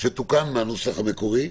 שכבר תוקן מהנוסח המקורי,